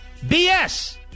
BS